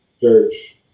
church